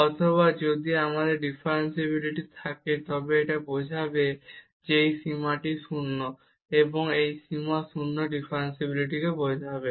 অথবা যদি আমাদের ডিফারেনশিবিলিটি থাকে তবে এটি বোঝাবে যে এই সীমাটি 0 এবং এই সীমা 0 ডিফারেনশিবিলিটি বোঝাবে